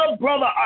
brother